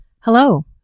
Hello